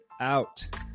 out